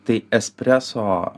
tai espreso